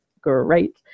great